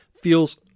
feels